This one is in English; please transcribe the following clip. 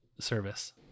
service